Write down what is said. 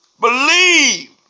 Believe